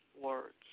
words